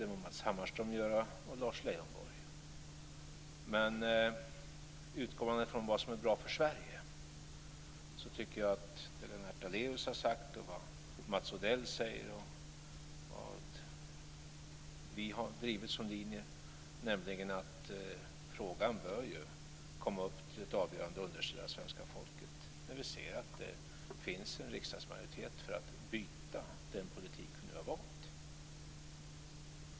Det må Matz Hammarström göra, och Lars Lejonborg. Men utgår man från vad som är bra för Sverige tycker jag - som Lennart Daléus har sagt och som Mats Odell säger och som vi har drivit som linje - att frågan bör komma till ett avgörande underställt svenska folket när vi ser att det finns en riksdagsmajoritet för att byta den politik vi nu har valt.